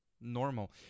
normal